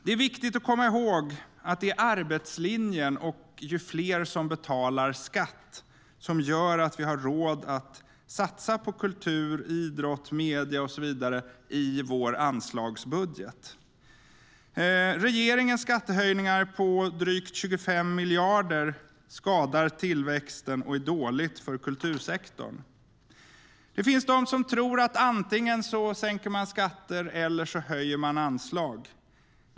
Det är viktigt att komma ihåg att det är arbetslinjen och att fler betalar skatt som gör att vi har råd att satsa på kultur, idrott, medier och så vidare i vår anslagsbudget. Regeringens skattehöjningar på drygt 25 miljarder skadar tillväxten och är dåligt för kultursektorn. Det finns de som tror att antingen sänker man skatter eller höjer anslag.